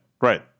right